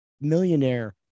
millionaire